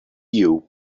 you